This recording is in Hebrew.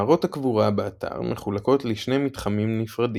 מערות הקבורה באתר מחולקות לשני מתחמים נפרדים.